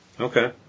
Okay